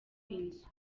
inzu